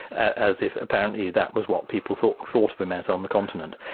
as if apparently, that was what people thought thought of him as on the continent.